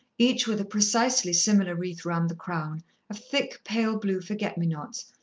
each with a precisely similar wreath round the crown, of thick, pale blue forget-me-nots,